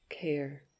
care